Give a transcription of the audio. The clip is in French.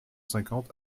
cinquante